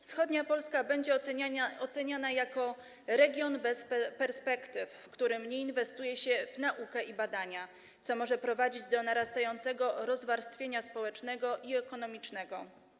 Wschodnia Polska będzie oceniana jako region bez perspektyw, w którym nie inwestuje się w naukę i badania, co może prowadzić do narastającego rozwarstwienia społecznego i ekonomicznego.